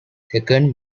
second